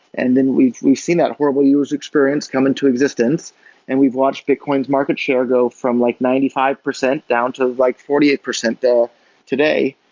and then we've we've seen that horrible user experience come into existence and we've watched bitcoin's market share go from like ninety five percent down to like forty eight percent today.